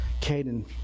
Caden